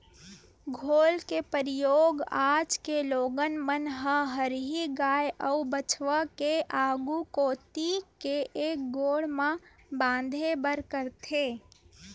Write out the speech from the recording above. खोल के परियोग आज के लोगन मन ह हरही गाय अउ बछवा के आघू कोती के एक गोड़ म बांधे बर करथे